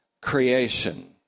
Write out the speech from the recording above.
creation